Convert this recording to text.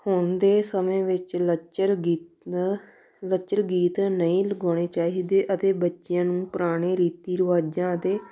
ਹੁਣ ਦੇ ਸਮੇਂ ਵਿੱਚ ਲੱਚਰ ਗੀਤਾਂ ਲੱਚਰ ਗੀਤ ਨਹੀਂ ਲਗਾਉਣੇ ਚਾਹੀਦੇ ਅਤੇ ਬੱਚਿਆਂ ਨੂੰ ਪੁਰਾਣੇ ਰੀਤੀ ਰਿਵਾਜ਼ਾਂ ਅਤੇ